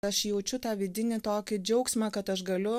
aš jaučiu tą vidinį tokį džiaugsmą kad aš galiu